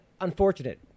unfortunate